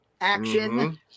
action